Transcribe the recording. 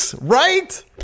Right